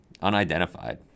unidentified